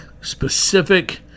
specific